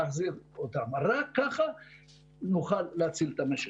רק כך נוכל להציל את המשק.